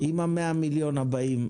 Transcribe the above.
עם ה-100 מיליון הבאים,